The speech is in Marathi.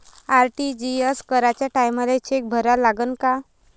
आर.टी.जी.एस कराच्या टायमाले चेक भरा लागन का?